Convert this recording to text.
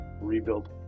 rebuild